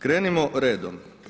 Krenimo redom.